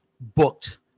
booked